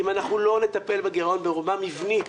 אם אנחנו לא נטפל בגרעון ברמה מבנית,